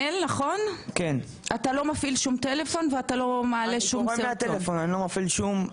אתה לא מפעיל שום טלפון ואתה לא מעלה שום סרטון.